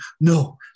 no